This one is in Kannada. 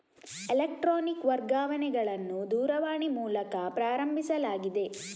ಎಲೆಕ್ಟ್ರಾನಿಕ್ ವರ್ಗಾವಣೆಗಳನ್ನು ದೂರವಾಣಿ ಮೂಲಕ ಪ್ರಾರಂಭಿಸಲಾಗಿದೆ